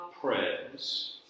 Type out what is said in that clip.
prayers